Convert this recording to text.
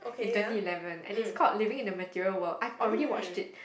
in twenty eleven and it courts living in a material world I already watched it